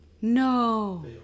No